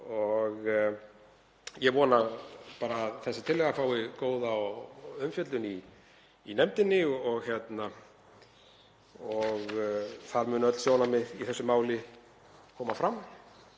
Ég vona að þessi tillaga fái góða umfjöllun í nefndinni og þar muni öll sjónarmið í þessu máli koma fram.